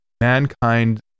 mankind